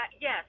Yes